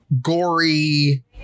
gory